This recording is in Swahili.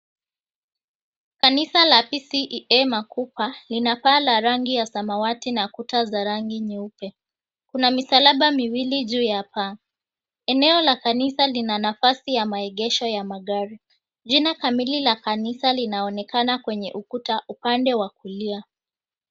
Kanisa la PCEA Makupa, lina paa la rangi ya samawati na kuta za rangi nyeupe. Kuna misalaba miwili juu ya paa. Eneo la kanisa lina nafasi ya maegesho ya magari. Jina kamili la kanisa linaonekana kwenye ukuta upande wa kulia.